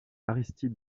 aristide